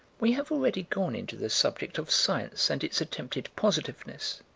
we have already gone into the subject of science and its attempted positiveness,